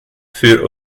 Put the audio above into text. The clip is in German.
für